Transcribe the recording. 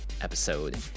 episode